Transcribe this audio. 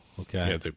Okay